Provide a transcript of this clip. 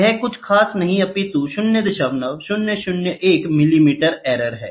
यह कुछ खास नहीं अपितु 0001 मिलीमीटर एरर है